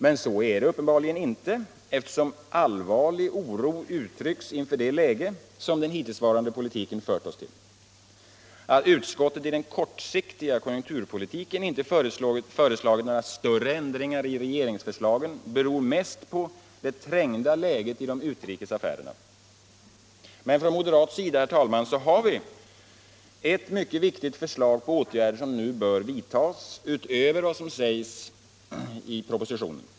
Men så är det uppenbarligen inte, eftersom allvarlig oro uttrycks inför det läge som den hittillsvarande politiken fört oss till. Att utskottet i den kortsiktiga konjunkturpolitiken inte förordat några större ändringar i regeringsförslagen beror mest på det trängda läget i de utrikes affärerna. Men från moderat sida, herr talman, har vi ett mycket viktigt förslag på åtgärder som nu bör vidtas utöver vad som sägs i propositionen.